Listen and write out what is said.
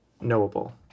Knowable